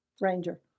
ranger